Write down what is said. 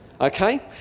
Okay